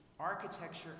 Architecture